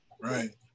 right